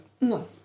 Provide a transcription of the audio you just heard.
No